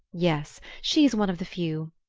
yes she's one of the few.